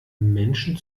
menschen